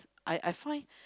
I I find